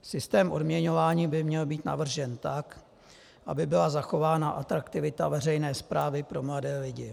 Systém odměňování by měl být navržen tak, aby byla zachována atraktivita veřejné správy pro mladé lidi.